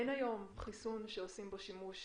אין היום חיסון שעושים בו שימוש